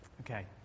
okay